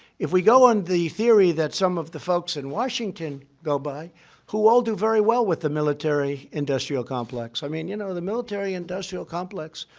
if we go on the theory that some of the folks in washington go by who all do very well with the military-industrial complex. i mean, you know, the military-industrial complex.